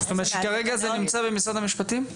זאת אומרת, כרגע זה נמצא במשרד המשפטים?